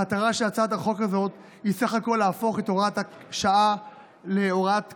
המטרה של הצעת החוק הזאת היא בסך הכול להפוך את הוראת השעה להוראת קבע,